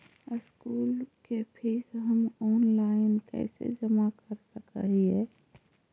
School के fees हम online कैसे जमा कर सक हिय?